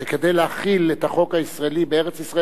כדי להחיל את החוק הישראלי בארץ-ישראל